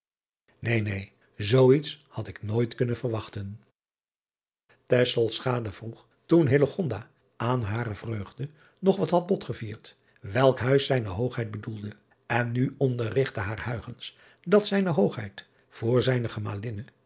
een neen zoo iets had ik nooit kunnen verwachten vroeg toen aan hare vreugde nog wat had botgevierd welk huis zijne oogheid bedoelde en nu onderrigtte haar dat zijne oogheid voor